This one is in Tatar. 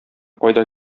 кайда